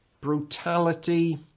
brutality